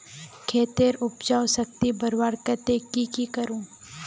खेतेर उपजाऊ शक्ति बढ़वार केते की की करूम?